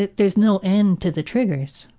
is no end to the triggers.